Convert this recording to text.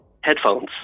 Headphones